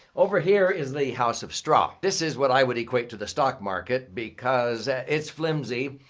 over here is the house of straw. this is what i would equate to the stock market because it's flimsy.